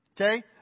okay